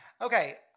Okay